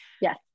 Yes